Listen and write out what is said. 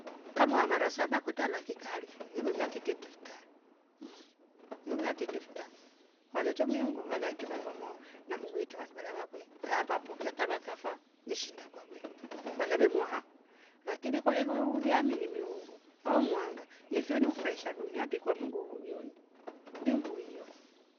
Ukamwa mara saba kwete alikalifo yelolia tete tifra mhh yolia tete fta kwa chocho miungu vala iti vanduwa mo na mungu iti vandu walava kwe kayava pokea taba kafa yeshinda kwakwe balave muha lakini kwa revo wehulia amini miungu au mwanga yefe rufresha dunia tikwa mungu huhuvioni mbingu huioni